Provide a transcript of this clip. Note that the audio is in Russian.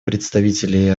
представителя